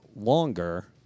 longer